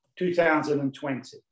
2020